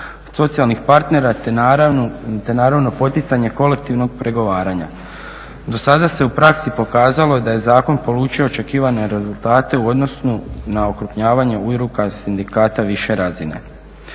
socijalnih partnera te naravno poticanje kolektivnog pregovaranja. Do sada se u praksi pokazalo da je zakon polučio očekivane rezultate u odnosu na okrupnjavanje udruga sindikata više razine.